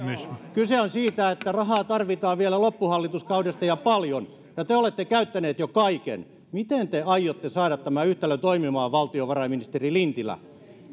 kyse on siitä että rahaa tarvitaan vielä loppuhallituskaudesta ja paljon ja te olette käyttäneet jo kaiken miten te aiotte saada tämän yhtälön toimimaan valtiovarainministeri lintilä